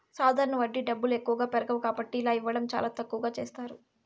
సాధారణ వడ్డీ డబ్బులు ఎక్కువగా పెరగవు కాబట్టి ఇలా ఇవ్వడం చాలా తక్కువగా చేస్తారు